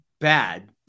bad